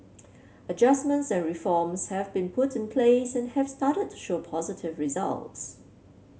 adjustments and reforms have been put in place and have started to show positive results